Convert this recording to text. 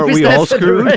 we also this.